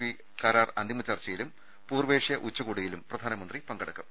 P കരാർ അന്തിമ ചർച്ചയിലും പൂർവേഷ്യ ഉച്ചകോ ടിയിലും പ്രധാനമന്ത്രി പങ്കെടുക്കും